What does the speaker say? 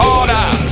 Order